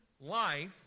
life